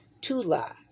Tula